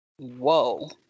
Whoa